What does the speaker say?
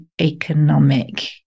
economic